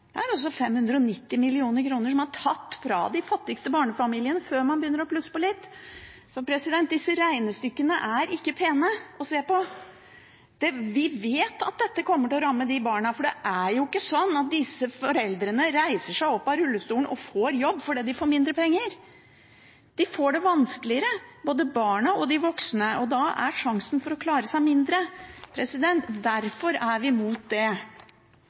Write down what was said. Det er altså 590 mill. kr som er tatt fra de fattigste barnefamiliene – før man begynner å plusse på litt. Disse regnestykkene er ikke pene å se på. Vi vet at dette kommer til å ramme barna, for det er jo ikke sånn at disse foreldrene reiser seg opp av rullestolen og får jobb fordi de får mindre penger. De får det vanskeligere, både barna og de voksne, og da er sjansen for å klare seg mindre. Derfor er vi imot det.